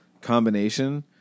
combination